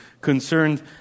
concerned